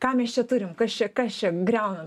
ką mes čia turim kas čia kas čia griauna